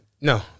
No